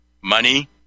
money